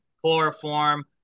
chloroform